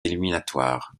éliminatoires